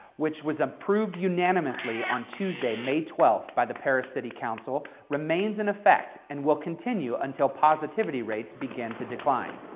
which was approved unanimously on tuesday, may twelve by the perris city council, remains in effect and will continue until positivity rates begin to decline.